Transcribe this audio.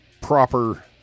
proper